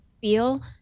feel